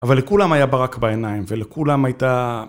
אבל לכולם היה ברק בעיניים, ולכולם הייתה...